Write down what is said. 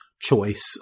Choice